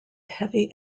heavy